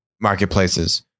marketplaces